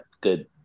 good